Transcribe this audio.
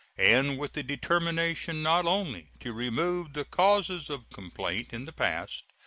and with the determination not only to remove the causes of complaint in the past,